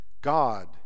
God